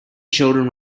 children